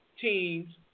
teams